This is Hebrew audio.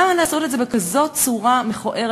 למה לעשות את זה בכזאת צורה מכוערת?